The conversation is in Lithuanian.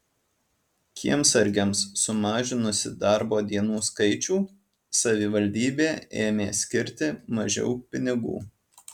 kiemsargiams sumažinusi darbo dienų skaičių savivaldybė ėmė skirti mažiau pinigų